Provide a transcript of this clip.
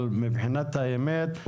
אבל מבחינת האמת,